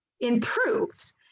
improves